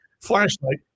FLASHLIGHT